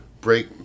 break